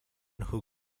who